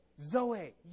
Zoe